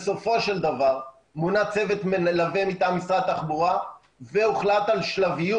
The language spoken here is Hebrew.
בסופו של דבר מונה צוות מלווה מטעם משרד התחבורה והוחלט על שלביות.